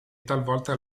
talvolta